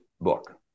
book